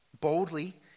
boldly